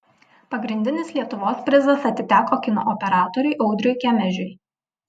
pagrindinis lietuvos prizas atiteko kino operatoriui audriui kemežiui